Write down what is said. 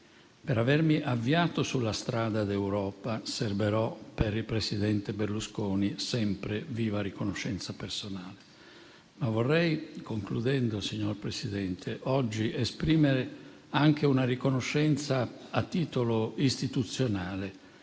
Per avermi avviato sulla strada d'Europa serberò per il presidente Berlusconi sempre viva riconoscenza personale. In conclusione, signor Presidente, vorrei oggi esprimere anche una riconoscenza a titolo istituzionale,